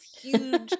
huge